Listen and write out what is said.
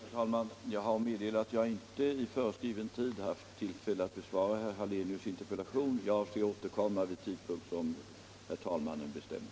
Herr talman! Jag har att meddela att jag inte inom föreskriven tid haft tillfälle att besvara herr Hallenius interpellation om prioritet för forskning rörande näringsriktiga livsmedel. Jag avser att återkomma vid tidpunkt som herr talmannen bestämmer.